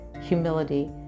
humility